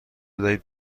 بدهید